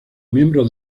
miembros